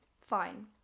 Fine